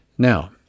Now